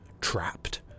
trapped